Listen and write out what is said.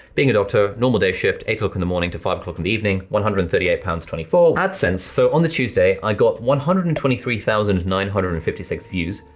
being a doctor, normal day shift, eight o'clock in the morning to five o'clock in the evening, one hundred and thirty eight pounds twenty four. adsense, so on the tuesday i got one hundred and twenty three thousand nine hundred and fifty six views,